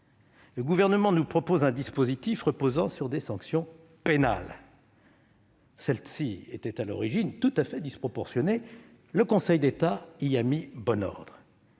Le Gouvernement nous propose un dispositif reposant sur des sanctions pénales. Celles-ci étaient à l'origine tout à fait disproportionnées. Le Conseil d'État y a mis bon ordre,